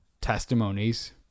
testimonies